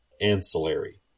ancillary